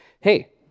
Hey